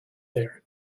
there